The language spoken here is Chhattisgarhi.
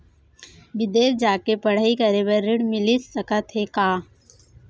बिदेस जाके पढ़ई करे बर ऋण मिलिस सकत हे का?